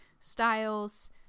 styles